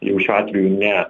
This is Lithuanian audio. jau šiuo atveju ne